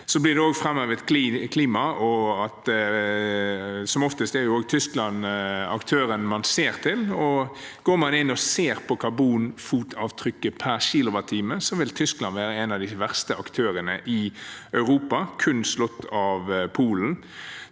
er Tyskland aktøren man ser til. Går man inn og ser på karbonfotavtrykket per kWh, vil Tyskland være en av de verste aktørene i Europa, kun slått av Polen.